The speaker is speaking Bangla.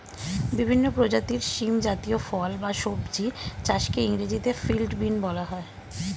বিভিন্ন প্রজাতির শিম জাতীয় ফল বা সবজি চাষকে ইংরেজিতে ফিল্ড বিন বলা হয়